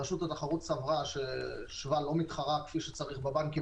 רשות התחרות סברה שחברת שב"א לא מתחרה כפי שצריך בבנקים,